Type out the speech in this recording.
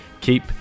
keep